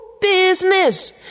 business